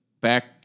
back